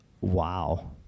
wow